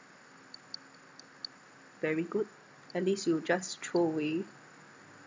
very good at least you just throw away